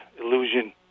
illusion